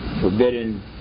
forbidden